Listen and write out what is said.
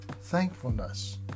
thankfulness